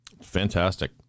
Fantastic